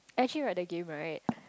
actually like the game right